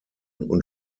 und